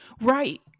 Right